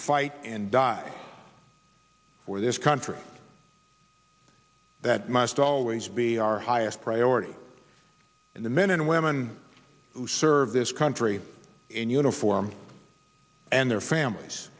fight and die for this country that must always be our highest priority and the men and women who serve this country in uniform and their families